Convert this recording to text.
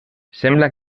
sembla